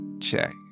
check